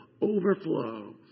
overflow